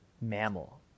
mammal